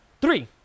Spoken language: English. Three